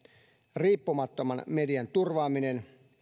riippumattoman median turvaaminen